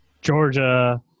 Georgia